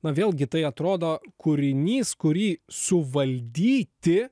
na vėlgi tai atrodo kūrinys kurį suvaldyti